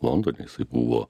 londone buvo